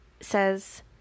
says